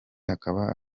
akaba